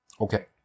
Okay